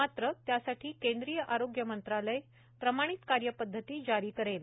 मात्र त्यासाठी केंद्रीय आरोग्य मंत्रालय प्रमाणित कार्यपद्धती जारी करेल